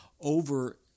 over